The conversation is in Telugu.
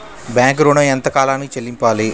బ్యాంకు ఋణం ఎంత కాలానికి చెల్లింపాలి?